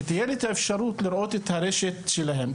שתהיה לי את האפשרות לראות את הרשת שלהם,